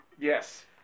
Yes